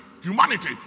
humanity